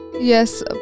Yes